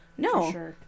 No